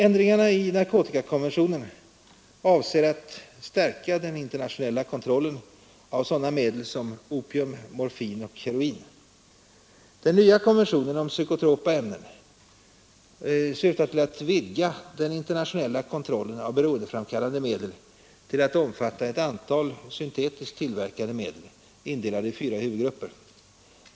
Ändringarna i narkotikakonventionen avser att stärka den internationella kontrollen av sådana medel som opium, morfin och heroin. Den nya konventionen om psykotropa ämnen avser att vidga den internationella kontrollen av beroendeframkallande medel till att omfatta ett antal syntetiskt tillverkade medel, indelade i fyra huvudgrupper.